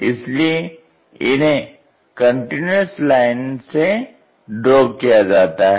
इसलिए इन्हें continuous line से ड्रॉ किया जाता है